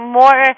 more